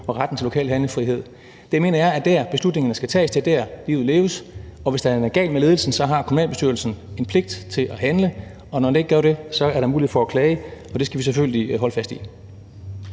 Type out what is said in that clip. og retten til lokal handlefrihed. Jeg mener, det er der, beslutningerne skal tages. Det er der, livet leves, og hvis den er gal med ledelsen, har kommunalbestyrelsen en pligt til at handle. Når den ikke gør det, er der mulighed for at klage, og det skal vi selvfølgelig holde fast i.